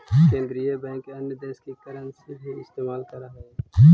केन्द्रीय बैंक अन्य देश की करन्सी भी इस्तेमाल करअ हई